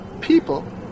people